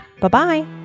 Bye-bye